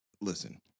Listen